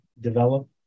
develop